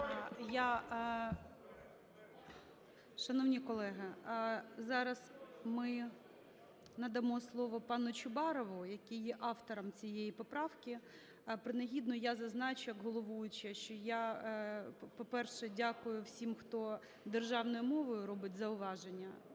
Шановні колеги, зараз ми надамо слово пану Чубарову, який є автором цієї поправки. Принагідно я зазначу як головуюча, що я, по-перше, дякую всім, хто державною мовою робить зауваження